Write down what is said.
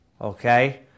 Okay